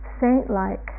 saint-like